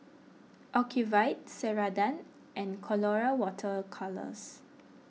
Ocuvite Ceradan and Colora Water Colours